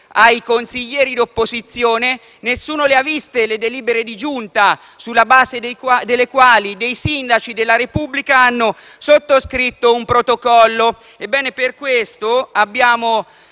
ai consiglieri di opposizione. Nessuno ha visto le delibere di giunta sulla base delle quali dei sindaci della Repubblica hanno sottoscritto un protocollo. Per questo abbiamo